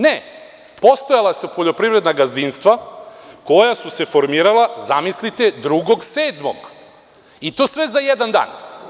Ne, postojala su poljoprivredna gazdinstva koja su se formirala, zamislite 2.7. i to sve za jedan dan.